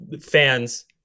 fans